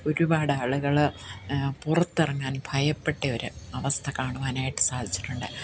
ഒരുപാടാളുകള് പുറത്തിറങ്ങാൻ ഭയപ്പെട്ട ഒര് അവസ്ഥ കാണുവാനായിട്ട് സാധിച്ചിട്ടുണ്ട്